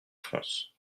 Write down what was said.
france